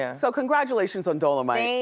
yeah so congratulations on dolemite.